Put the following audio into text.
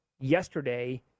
yesterday